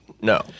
No